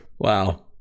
Wow